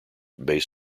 bass